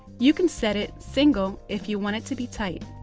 you can set it single if you want it to be tight.